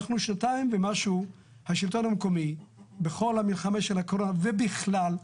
אנחנו שנתיים ומשהו השלטון המקומי בכל המלחמה של הקורונה ובכלל,